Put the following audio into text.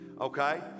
Okay